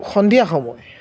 সন্ধিয়া সময়